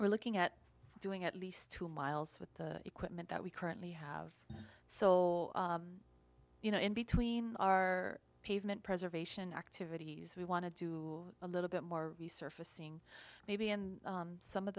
we're looking at doing at least two miles with the equipment that we currently have so you know in between our pavement preservation activities we want to do a little bit more resurfacing maybe in some of